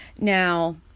Now